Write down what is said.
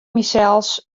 mysels